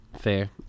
fair